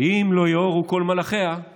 "אם לא ייעורו כל מלחיה /